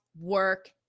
work